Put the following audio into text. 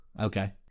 Okay